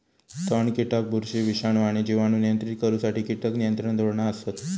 तण, कीटक, बुरशी, विषाणू आणि जिवाणू नियंत्रित करुसाठी कीटक नियंत्रण धोरणा असत